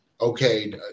okay